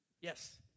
Yes